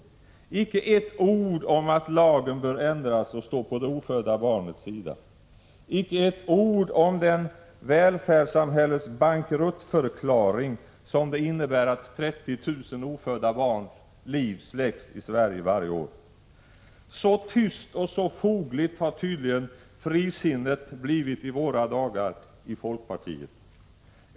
Där står icke ett ord om att lagen bör ändras och stå på det ofödda barnets sida, icke ett ord om den välfärdssamhällets bankruttförklaring som det innebär att 30 000 ofödda barns liv släcks i Sverige varje år. Så tyst och så fogligt har tydligen frisinnet blivit i våra dagar i folkpartiet.